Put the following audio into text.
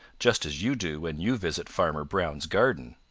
just as you do when you visit farmer brown's garden.